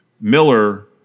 Miller